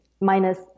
minus